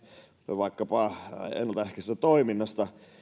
vaikkapa ennaltaehkäisevästä toiminnasta